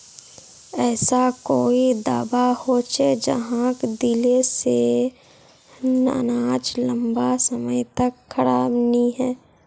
ऐसा कोई दाबा होचे जहाक दिले से अनाज लंबा समय तक खराब नी है?